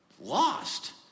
lost